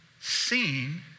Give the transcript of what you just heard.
seen